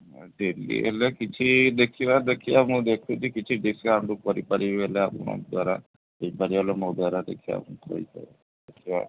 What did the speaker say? ହଁ ଡେଲି ହେଲେ କିଛି ଦେଖିବା ଦେଖିବା ମୁଁ ଦେଖୁଛି କିଛି ଡିସକାଉଣ୍ଟ କରିପାରିବି ହେଲେ ଆପଣଙ୍କ ଦ୍ୱାରା ହେଇପାରିବ ବୋଲେ ମୋ ଦ୍ୱାରା ଦେଖିବା କହିପ ଦେଖିବା